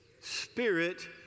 spirit